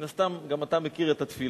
מן הסתם גם אתה מכיר את התפילה,